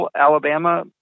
Alabama